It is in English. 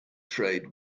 trade